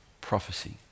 prophecy